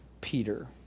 Peter